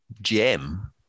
gem